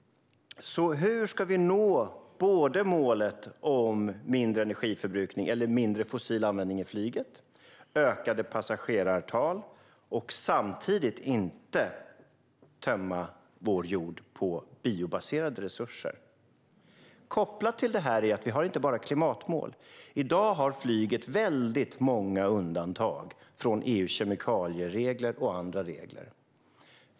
Hur ska vi nå både målet om mindre energiförbrukning - eller mindre fossil användning i flyget - och målet om ökade passagerartal och samtidigt inte tömma vår jord på biobaserade resurser? Kopplat till detta är att vi inte bara har klimatmål. I dag har flyget väldigt många undantag från EU:s kemikalieregler och andra regler.